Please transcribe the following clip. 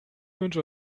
wünsche